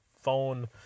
phone